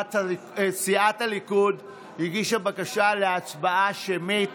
סיעת הליכוד הגישה בקשה להצבעה שמית